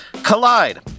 Collide